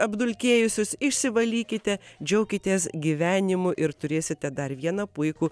apdulkėjusius išsivalykite džiaukitės gyvenimu ir turėsite dar vieną puikų